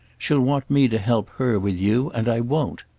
she'll want me to help her with you. and i won't.